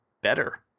better